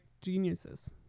geniuses